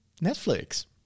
Netflix